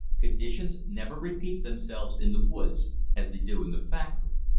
conditions never repeat themselves in the woods as they do in the factory.